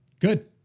Good